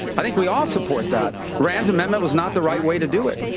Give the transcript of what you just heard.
i think we all support that. rand's amendment was not the right way to do it.